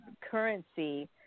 currency